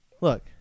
Look